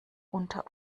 unter